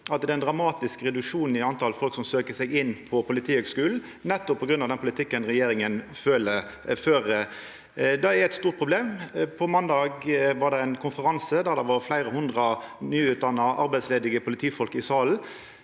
Det er ein dramatisk reduksjon i antal folk som søkjer seg inn på Politihøgskulen, nettopp på grunn av den politikken regjeringa fører. Det er eit stort problem. På måndag var det ein konferanse der det var fleire hundre nyutdanna arbeidsledige politifolk i salen,